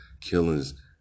killings